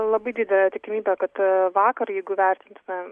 labai didelė tikimybė kad vakar jeigu vertintumėm